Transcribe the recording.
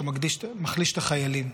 אתה מחליש את החיילים.